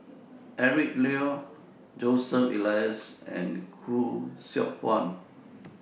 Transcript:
Eric Neo Joseph Elias and Khoo Seok Wan